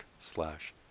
slash